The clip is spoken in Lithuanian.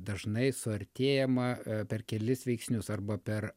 dažnai suartėjama per kelis veiksnius arba per